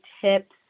tips